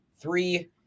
Three –